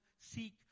seek